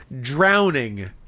drowning